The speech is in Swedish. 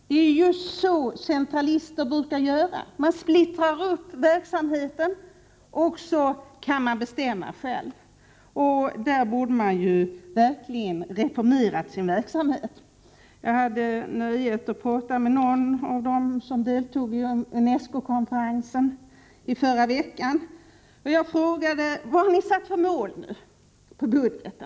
Det är just så centralister brukar göra — man splittrar upp verksamheten, och sedan kan man bestämma själv. Här borde verksamheten verkligen ha reformerats. Jag hade nöjet att prata med en av dem som deltog i UNESCO konferensen förra veckan. Jag frågade då vad man hade satt för mål för budgeten.